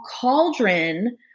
cauldron